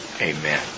Amen